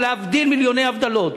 להבדיל מיליוני הבדלות,